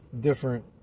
different